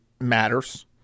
matters